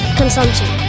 consumption